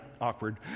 awkward